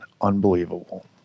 Unbelievable